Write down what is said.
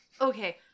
Okay